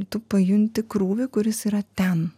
tu pajunti krūvį kuris yra ten